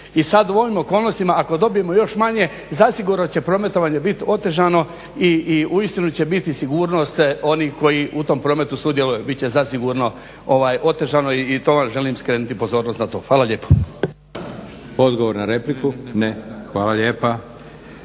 I sada u ovim okolnostima ako dobijemo još manje zasigurno će prometovanje biti otežano i uistinu će biti sigurnost onih koji u tom prometu sudjeluju biti će zasigurno otežano i to vam želim skrenuti pozornost na to. Hvala lijepa.